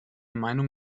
meinung